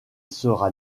sera